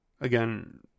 Again